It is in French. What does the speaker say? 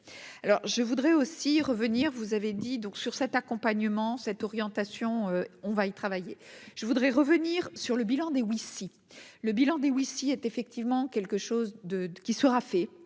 alors je voudrais aussi revenir, vous avez dit donc sur cet accompagnement, cette orientation, on va y travailler. Je voudrais revenir sur le bilan, Daewoo ici le bilan ici est effectivement quelque chose de de qui sera fait